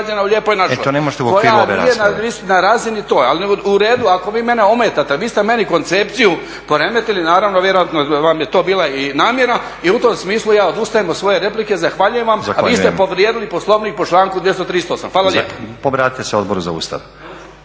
Stjepan (HDZ)** Ali u redu, ako vi mene ometate, vi ste meni koncepciju poremetili naravno vjerojatno vam je to bila i namjera i u tom smislu ja odustajem od svoje replike. Zahvaljujem vam, a vi ste povrijedili Poslovnik po članku 238. Hvala lijepo. **Stazić, Nenad (SDP)**